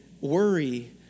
worry